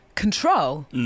control